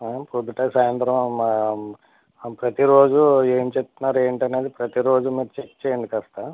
పొద్దుట సాయంత్రం మ ప్రతి రోజు ఏం చెప్తున్నారు ఏంటి అనేది ప్రతి రోజు మీరు చెక్ చెయ్యండి కాస్త